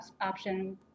option